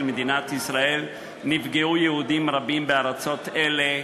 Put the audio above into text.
מדינת ישראל נפגעו יהודים רבים בארצות אלה,